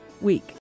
week